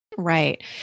Right